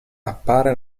appare